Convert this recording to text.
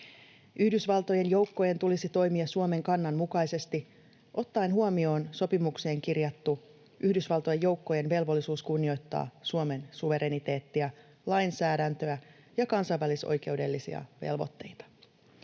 Yhdysvaltojen joukkojen tulisi toimia Suomen kannan mukaisesti ottaen huomioon sopimukseen kirjattu Yhdysvaltojen joukkojen velvollisuus kunnioittaa Suomen suvereniteettia, lainsäädäntöä ja kansainvälisoikeudellisia velvoitteita.